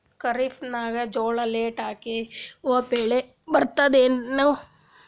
ಖರೀಫ್ ನಾಗ ಜೋಳ ಲೇಟ್ ಹಾಕಿವ ಬೆಳೆ ಬರತದ ಏನು?